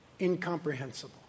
incomprehensible